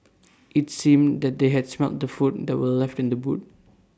IT seemed that they had smelt the food that were left in the boot